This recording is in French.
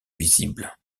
visible